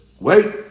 Wait